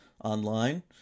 online